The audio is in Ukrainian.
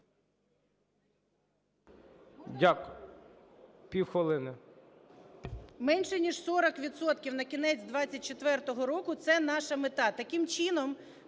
Дякую. Півхвилини.